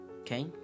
Okay